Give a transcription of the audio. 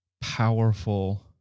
powerful